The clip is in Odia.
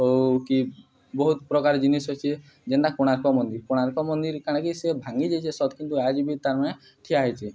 ହଉ କି ବହୁତ ପ୍ରକାର ଜିନିଷ ଅଛି ଯେନଟା କୋଣାର୍କ ମନ୍ଦିର କୋଣାର୍କ ମନ୍ଦିର କାଣାକି ସେ ଭାଙ୍ଗିଯାଇଚେ ସତ୍ କିନ୍ତୁ ଆଜିବି ବି ତାରମୁହେଁ ଠିଆ ହେଇଚେଁ